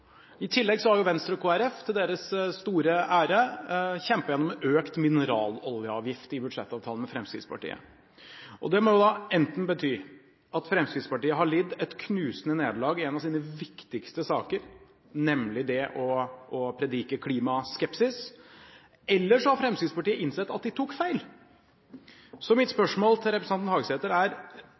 I tillegg har Venstre og Kristelig Folkeparti – til deres store ære – kjempet gjennom økt mineraloljeavgift i budsjettavtalen med Fremskrittspartiet. Det må enten bety at Fremskrittspartiet har lidd et knusende nederlag i en av sine viktigste saker, nemlig å predike klimaskepsis, eller så har Fremskrittspartiet innsett at de tok feil. Så mitt spørsmål til representanten Hagesæter er: